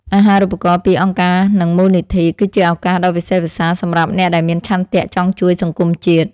អាហារូបករណ៍ពីអង្គការនិងមូលនិធិ គឺជាឱកាសដ៏វិសេសវិសាលសម្រាប់អ្នកដែលមានឆន្ទៈចង់ជួយសង្គមជាតិ។